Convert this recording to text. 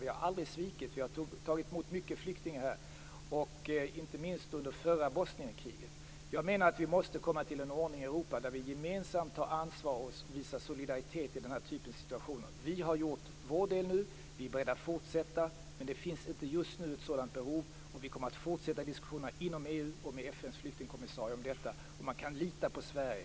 Vi har aldrig svikit - vi har ju tagit emot många flyktingar här, inte minst under förra Bosnienkriget. Jag menar att vi måste komma till en ordning i Europa där vi gemensamt tar ansvar och visar solidaritet i den här typen av situationer. Vi har gjort vår del nu, och vi är beredda att fortsätta men just nu finns det inte ett sådant behov. Vidare kommer vi att fortsätta diskussionerna inom EU och med FN:s flyktingkommissarie om detta. Man kan lita på Sverige.